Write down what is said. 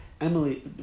Emily